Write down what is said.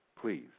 Please